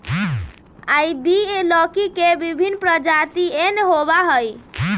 ivy लौकी के विभिन्न प्रजातियन होबा हई